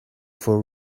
for